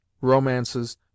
romances